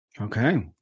okay